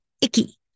icky